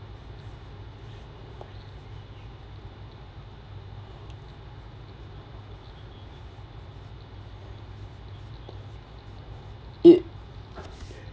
it